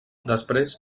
després